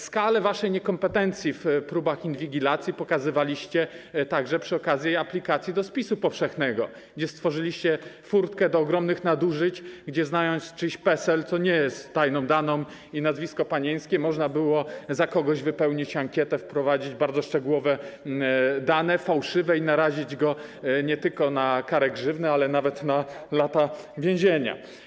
Skalę waszej niekompetencji w próbach inwigilacji pokazywaliście także przy okazji aplikacji do spisu powszechnego, gdzie stworzyliście furtkę do ogromnych nadużyć, gdzie znając czyjś PESEL, co nie jest tajną daną, i nazwisko panieńskie, można było wypełnić za kogoś ankietę, wprowadzić bardzo szczegółowe, fałszywe dane i narazić go nie tylko na karę grzywny, ale nawet na lata więzienia.